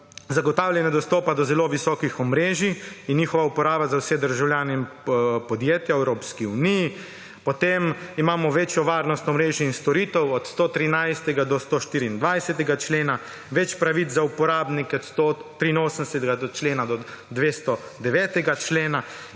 zagotavljanje dostopa do zelo visokih omrežij in njihova uporaba za vse državljane in podjetja v Evropski uniji, potem imamo večjo varnostno omrežje in storitev, od 113. do 124. člena, več pravic za uporabnike, od 183. člena do 209. člena,